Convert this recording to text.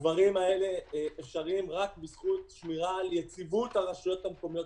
הדברים האלה אפשריים רק בזכות שמירה על יציבות הרשויות המקומיות,